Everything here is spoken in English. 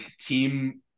team